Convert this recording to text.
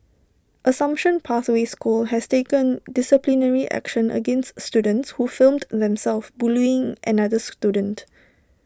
assumption pathway school has taken disciplinary action against students who filmed themselves bullying another student